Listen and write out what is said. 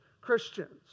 Christians